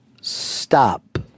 stop